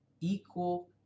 equal